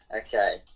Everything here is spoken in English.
Okay